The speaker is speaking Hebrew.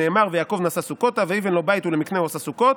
שנאמר 'ויעקב נסע סֻכותה ויבן לו בית ולמקנהו עשה סֻכות'.